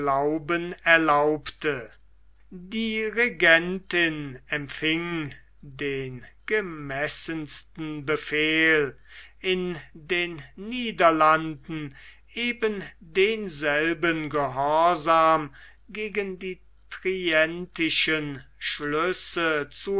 erlaubte die regentin empfing den gemessensten befehl in den niederlanden eben denselben gehorsam gegen die trientischen schlüsse zu